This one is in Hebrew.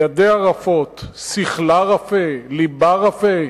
ידיה רפות, שכלה רפה, לבה רפה,